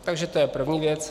Takže to je první věc.